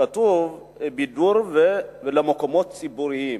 כתוב למקומות בידור ומקומות ציבוריים.